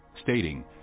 stating